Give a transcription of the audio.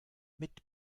mit